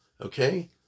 okay